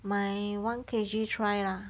buy one K_G try lah